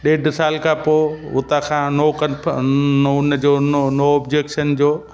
ॾेढु साल खां पोइ उता खां नो कंफॉर्म न उन जो न नो ऑब्जैक्शन जो